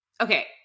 okay